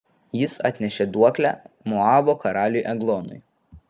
jis atnešė duoklę moabo karaliui eglonui